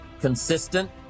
consistent